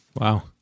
Wow